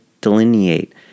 delineate